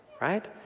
Right